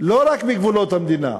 לא רק בגבולות המדינה,